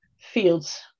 fields